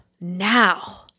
now